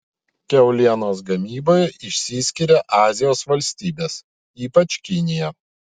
kiaulienos gamyboje išsiskiria azijos valstybės ypač kinija